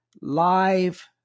live